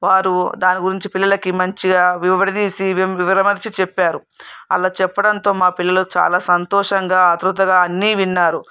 వారు దాని గురించి పిల్లలకి మంచిగా విడదీసి విడమరచి చెప్పారు అలా చెప్పడంతో మా పిల్లలు చాలా సంతోషంగా ఆత్రుతగా అన్నీ విన్నారు